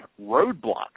Roadblock